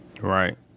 Right